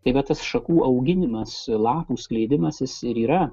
tai va tas šakų auginimas lapų skleidimasis ir yra